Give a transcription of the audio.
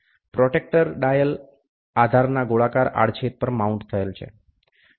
protractor dial આધારના ગોળાકાર આડછેદ પર માઉન્ટ થયેલ છે